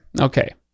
okay